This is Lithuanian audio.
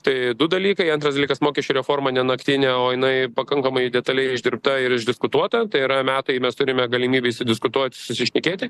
tai du dalykai antras dalykas mokesčių reforma ne naktinė o jinai pakankamai detaliai išdirbta ir išdiskutuota tai yra metai mes turime galimybę išsidiskutuot susišnekėti